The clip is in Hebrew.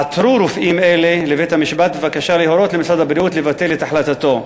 עתרו רופאים אלה לבית-המשפט בבקשה להורות למשרד הבריאות לבטל את החלטתו.